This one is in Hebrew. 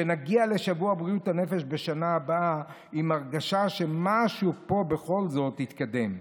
שנגיע לשבוע בריאות הנפש בשנה הבאה עם הרגשה שמשהו פה בכל זאת התקדם.